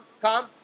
come